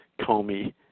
Comey